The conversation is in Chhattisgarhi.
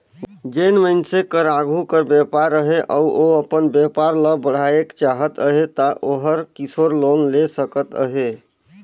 जेन मइनसे कर आघु कर बयपार अहे अउ ओ अपन बयपार ल बढ़ाएक चाहत अहे ता ओहर किसोर लोन ले सकत अहे